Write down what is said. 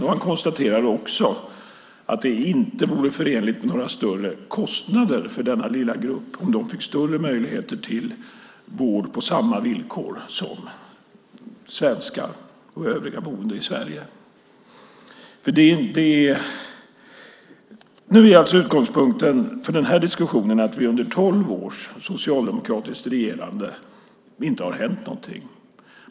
Han konstaterar också att det inte vore förenligt med några större kostnader om denna lilla grupp fick större möjligheter till vård på samma villkor som svenskar och övriga boende i Sverige. Nu är utgångspunkten för den här diskussionen av det under tolv års socialdemokratiskt regerande inte har hänt någonting.